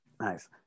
Nice